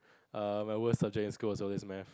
err my worst subject in school was always maths